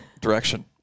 direction